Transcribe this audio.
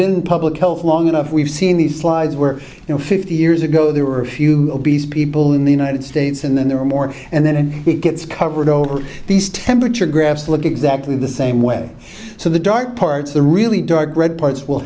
been in public health long enough we've seen these slides were you know fifty years ago there were a few obese people in the united states and then there were more and then it gets covered over these temperature graphs look exactly the same way so the dark parts the really dark red parts will